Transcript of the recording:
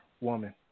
woman